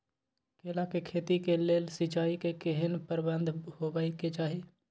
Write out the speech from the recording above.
केला के खेती के लेल सिंचाई के केहेन प्रबंध होबय के चाही?